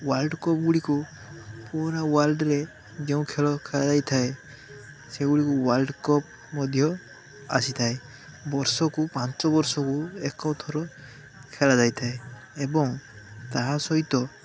world cup ଗୁଡ଼ିକୁ ପୁରା ୱାଲର୍ଡ଼ରେ ଯେଉଁ ଖେଳ ଖେଳାଯାଇଥାଏ ସେଗୁଡ଼ିକୁ ୱାଲର୍ଡ଼ କପ ମଧ୍ୟ ଆସିଥାଏ ବର୍ଷକୁ ପାଞ୍ଚ ବର୍ଷକୁ ଏକ ଥର ଖେଳାଯାଇଥାଏ ଏବଂ ତାହା ସହିତ